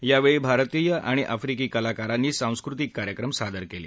यावेळी भारतीय आणि आफ्रिकी कलाकारांनी सांस्कृतीक कार्यक्रम सादर केले